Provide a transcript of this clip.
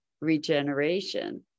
regeneration